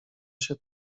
się